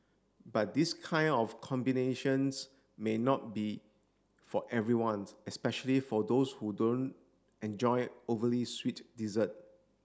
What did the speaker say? but this kind of combinations may not be for everyone especially for those who don't enjoy overly sweet dessert